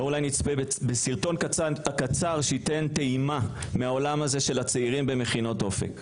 אולי נצפה בסרטון הקצר שייתן טעימה מהעולם הזה של הצעירים במכינות אופק.